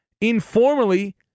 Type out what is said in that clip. informally